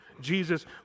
Jesus